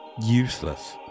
useless